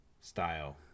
style